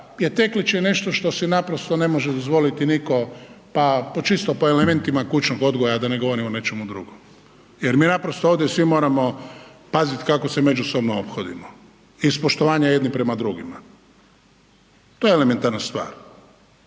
teklič je nešto što si naprosto ne može dozvoliti nitko pa čisto elementima kućnog odgoja, da ne govorim o nečemu drugom jer mi naprosto ovdje svi moramo paziti kako se međusobno ophodimo iz poštovanja jedni prema drugima. To je elementarna stvar